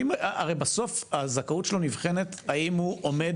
הרי בסוף הזכאות שלו נבחנת האם הוא עומד